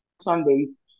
Sundays